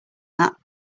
that